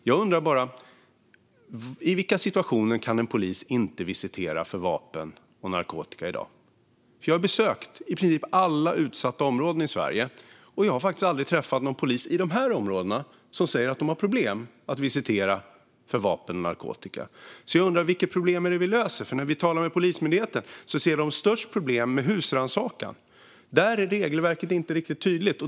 Jag undrar bara: I vilka situationer kan en polis inte visitera för vapen och narkotika i dag? Jag har besökt i princip alla utsatta områden i Sverige, och jag har faktiskt aldrig träffat någon polis i de områdena som säger att man har problem att visitera för vapen och narkotika. Så jag undrar vilka problem det är vi löser. När vi talar med Polismyndigheten ser de störst problem med husrannsakan. Där är regelverket inte riktigt tydligt.